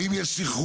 הוא יקנה עוד פרות.